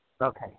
Okay